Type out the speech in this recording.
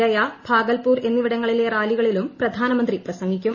ഗയ ഭാഗൽപൂർ എന്നിവിടങ്ങളിലെ റാലികളിലും പ്രധാനമന്ത്രി പ്രസംഗിക്കും